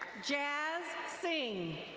jazz singh.